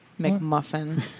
McMuffin